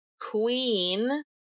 queen